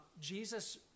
Jesus